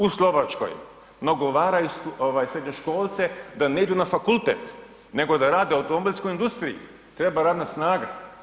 U Slovačkoj nagovaraju srednjoškolce da ne idu na fakultet nego da rade u automobilskoj industriji, treba radna snaga.